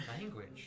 Language